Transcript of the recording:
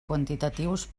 quantitatius